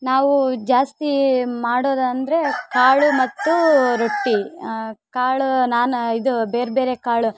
ನಾವು ಜಾಸ್ತಿ ಮಾಡೋದು ಅಂದರೆ ಕಾಳು ಮತ್ತು ರೊಟ್ಟಿ ಕಾಳು ನಾನು ಇದು ಬೇರೆಬೇರೆ ಕಾಳು